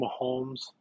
Mahomes